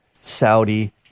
Saudi